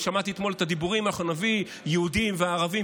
אני שמעתי אתמול את הדיבורים: אנחנו נביא יהודים וערבים,